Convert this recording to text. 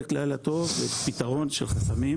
זה פתרון של חסמים